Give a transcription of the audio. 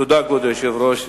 תודה, כבוד היושב-ראש.